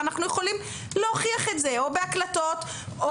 אנחנו יכולים להוכיח את זה בהקלטות או